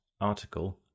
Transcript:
article